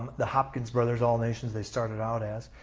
the hopkin brothers all nations they started out as.